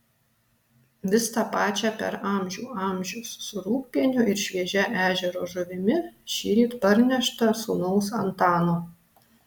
vis tą pačią per amžių amžius su rūgpieniu ir šviežia ežero žuvimi šįryt parnešta sūnaus antano